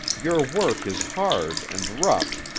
your work is hard and rough